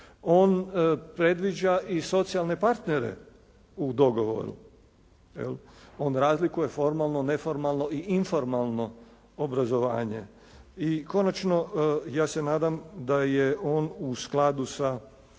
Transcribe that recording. On predviđa i socijalne partnere u dogovoru. On razlikuje formalno, neformalno i informalno obrazovanje. I konačno, ja se nadam da je on u skladu sa